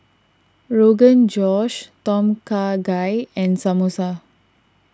Rogan Josh Tom Kha Gai and Samosa